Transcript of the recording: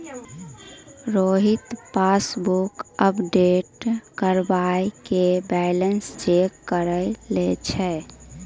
Rohit passbook update करबाय के balance check करि लै छै